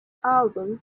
album